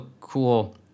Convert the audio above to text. cool